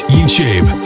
YouTube